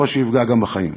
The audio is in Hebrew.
סופו שיפגע גם בחיים.